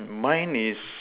mine is